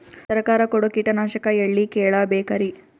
ಸರಕಾರ ಕೊಡೋ ಕೀಟನಾಶಕ ಎಳ್ಳಿ ಕೇಳ ಬೇಕರಿ?